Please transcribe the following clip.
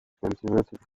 cultivated